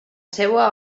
seua